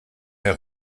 est